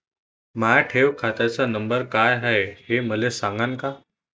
माया ठेव खात्याचा नंबर काय हाय हे मले सांगान का?